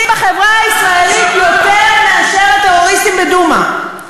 בחברה הישראלית יותר מאשר הטרוריסטים בדומא.